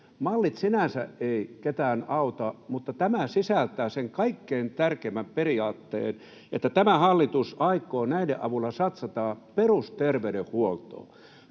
Mallit sinänsä eivät ketään auta, mutta tämä sisältää sen kaikkein tärkeimmän periaatteen, että tämä hallitus aikoo näiden avulla satsata perusterveydenhuoltoon.